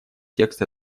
текст